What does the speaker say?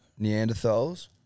neanderthals